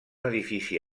edifici